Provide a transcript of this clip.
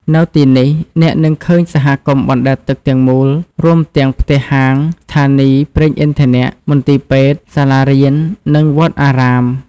នៅទីនេះ អ្នកនឹងឃើញសហគមន៍បណ្តែតទឹកទាំងមូល រួមទាំងផ្ទះ ហាង ស្ថានីយ៍ប្រេងឥន្ធនៈ មន្ទីរពេទ្យ សាលារៀន និងវត្តអារាម។